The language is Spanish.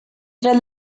tras